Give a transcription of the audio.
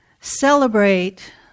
celebrate